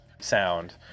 sound